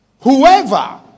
Whoever